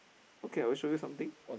okay I will show you something